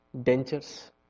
dentures